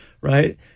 right